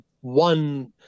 one